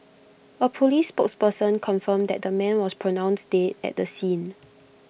A Police spokesperson confirmed that the man was pronounced dead at the scene